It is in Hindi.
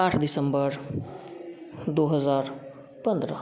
आठ डिसंबर दो हज़ार पंद्रह